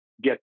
get